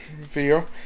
video